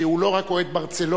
שהוא לא רק אוהד ברצלונה,